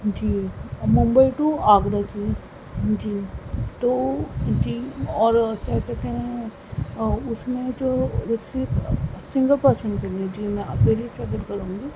جی Mumbai to Agra کی جی تو جی اور کیا کہتے ہیں اُس میں جو سیٹ سنگل پرسن کے لیے چاہیے جی میں اکیلی ٹریول کروں گی